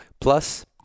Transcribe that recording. plus